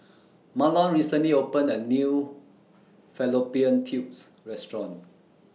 Mahlon recently opened A New Fallopian Tubes Restaurant